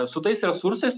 su tais resursais